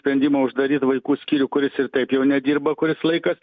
sprendimą uždaryt vaikų skyrių kuris ir taip jau nedirba kuris laikas